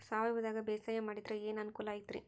ಸಾವಯವದಾಗಾ ಬ್ಯಾಸಾಯಾ ಮಾಡಿದ್ರ ಏನ್ ಅನುಕೂಲ ಐತ್ರೇ?